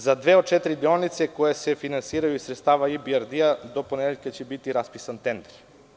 Za dve od četiri deonice koje se finansiraju iz sredstava IBRD do ponedeljka će biti raspisan tender.